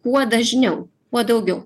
kuo dažniau kuo daugiau